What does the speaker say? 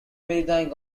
maritime